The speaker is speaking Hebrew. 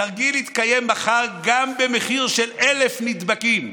התרגיל יתקיים מחר גם במחיר של אלף נדבקים,